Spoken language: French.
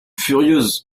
furieuse